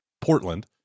portland